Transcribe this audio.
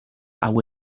hau